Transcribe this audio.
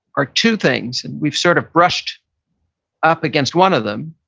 are two things. we've sort of brushed up against one of them.